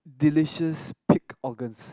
delicious pig organs